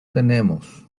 tenemos